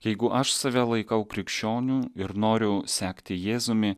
jeigu aš save laikau krikščioniu ir noriu sekti jėzumi